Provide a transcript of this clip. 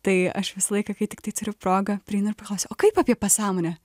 tai aš visą laiką kai tik tai turiu progą prieinu ir paklausiu o kaip apie pasąmonę